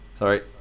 Sorry